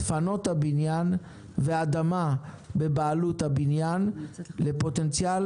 דפנות הבניין והאדמה בבעלות הבניין לפוטנציאל